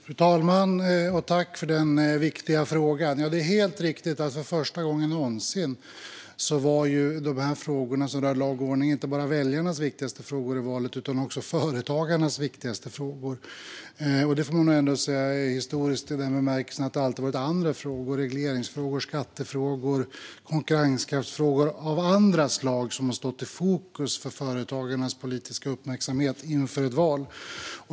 Fru talman! Jag tackar för denna viktiga fråga. Det är helt riktigt att dessa frågor som rör lag och ordning för första gången någonsin var inte bara väljarnas viktigaste frågor i valet utan också företagarnas viktigaste frågor. Det får man ändå säga är historiskt i den bemärkelsen att det alltid har varit andra frågor - regleringsfrågor, skattefrågor och konkurrenskraftsfrågor av andra slag - som har stått i fokus för företagarnas politiska uppmärksamhet inför ett val.